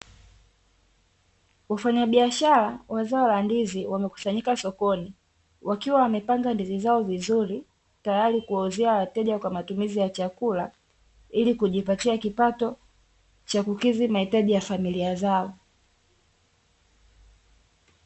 Wafanyabiashara wa zao la ndizi wamekusanyika sokoni, wakiwa wamepanga ndizi zao vizuri tayari kuwauzia wateja kwa matumizi ya chakula, ili kujipatia kipato cha kukidhi mahitaji ya familia zao.